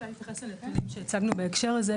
בית המשפט התייחס לנתונים שהצגנו בהקשר לזה,